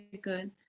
good